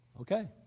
Okay